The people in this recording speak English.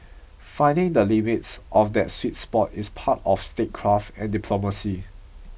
finding the limits of that sweet spot is part of statecraft and diplomacy